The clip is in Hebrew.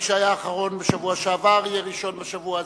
מי שהיה אחרון בשבוע שעבר יהיה ראשון בשבוע זה.